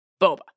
Boba